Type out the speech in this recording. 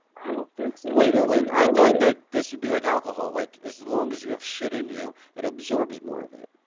i don't think so. wait, wait, i thought like this would be like alcohol, like as long as you have shit in you, it absorbs more of it.